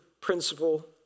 principle